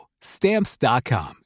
Stamps.com